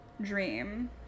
dream